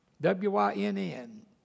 W-Y-N-N